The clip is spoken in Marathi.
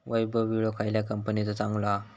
वैभव विळो खयल्या कंपनीचो चांगलो हा?